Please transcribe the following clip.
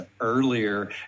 earlier